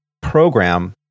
program